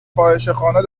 فاحشهخانه